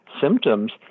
symptoms